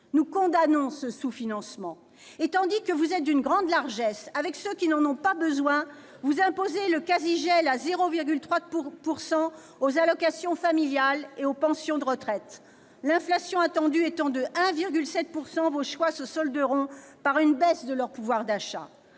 Nous condamnons ce sous-financement. Tandis que vous êtes d'une grande largesse avec ceux qui n'en ont pas besoin, vous imposez le quasi-gel, à 0,3 %, des allocations familiales et des pensions de retraite. L'inflation attendue étant de 1,7 %, vos choix se solderont par une baisse de pouvoir d'achat